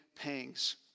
pangs